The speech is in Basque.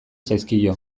zaizkio